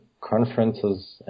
conferences